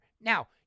Now